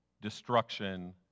destruction